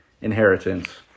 inheritance